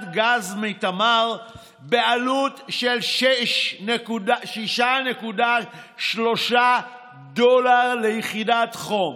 גז מתמר בעלות של 6.3 דולר ליחידת חום,